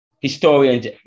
Historians